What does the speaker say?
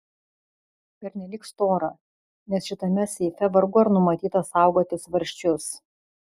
pernelyg stora nes šitame seife vargu ar numatyta saugoti svarsčius